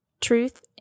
Truth